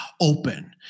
open